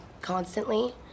constantly